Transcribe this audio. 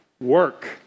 work